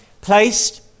placed